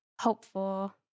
hopeful